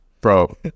bro